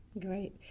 Great